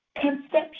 conception